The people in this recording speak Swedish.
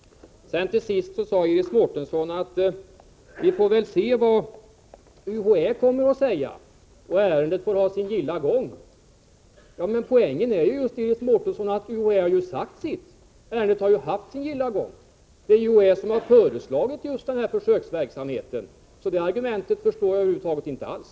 Till sist sade Iris Mårtensson att vi får se vad UHÄ kommer att säga och att ärendet får ha sin gilla gång. Ja, men poängen är just att UHÄ har sagt sitt. Ärendet har ju haft sin gilla gång. Det är UHÄ som har föreslagit försöksverksamheten, så det argumentet förstår jag över huvud taget inte alls.